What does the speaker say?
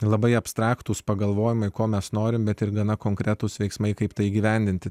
labai abstraktūs pagalvojimai ko mes norime bet gana konkretūs veiksmai kaip tai įgyvendinti